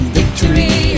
victory